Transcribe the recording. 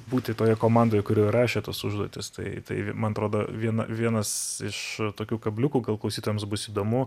būti toje komandoj kuri rašė tas užduotis tai tai man atrodo viena vienas iš tokių kabliukų gal klausytojams bus įdomu